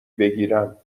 بگیرم